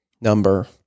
number